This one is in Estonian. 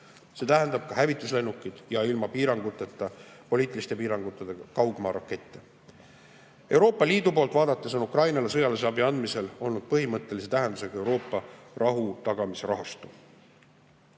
See tähendab ka hävituslennukeid ja ilma piiranguteta, poliitiliste piiranguteta kaugmaarakette. Euroopa Liidu poolt vaadates on Ukrainale sõjalise abi andmisel olnud põhimõttelise tähendusega Euroopa rahutagamisrahastu.